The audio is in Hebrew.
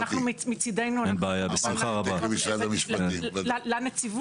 ומצדנו נעביר לנציבות,